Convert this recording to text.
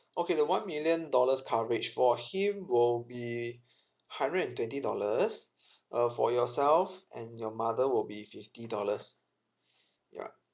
okay the one million dollars coverage for him will be hundred and twenty dollars uh for yourself and your mother will be fifty dollars yeah